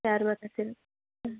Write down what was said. ಯಾರು ಮಾತಾಡ್ತಿರೋದು